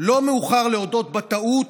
לא מאוחר להודות בטעות,